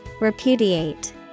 Repudiate